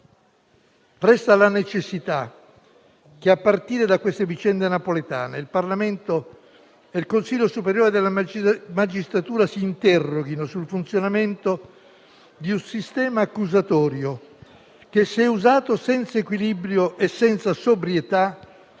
Resta la necessità che, a partire da queste vicende napoletane, il Parlamento e il Consiglio superiore della magistratura si interroghino sul funzionamento di un sistema accusatorio che, se usato senza equilibrio e senza sobrietà,